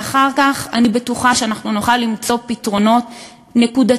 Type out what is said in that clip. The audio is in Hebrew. ואחר כך אני בטוחה שאנחנו נוכל למצוא פתרונות נקודתיים